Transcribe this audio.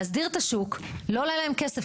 להסדיר את השוק לא עולה להם כסף,